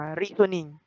reasoning